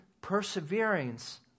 perseverance